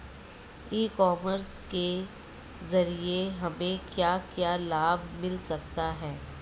ई commerce के ज़रिए हमें क्या क्या लाभ मिल सकता है?